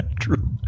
True